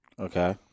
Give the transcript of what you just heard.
Okay